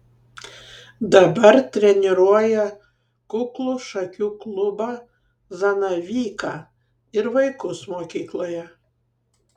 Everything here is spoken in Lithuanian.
dabar treniruoja kuklų šakių klubą zanavyką ir vaikus mokykloje